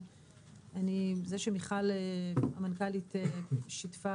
זה שמיכל, המנכ"לית, שיתפה